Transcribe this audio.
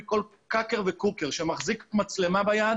- כל קאקער וקוקער שמחזיק מצלמה ביד,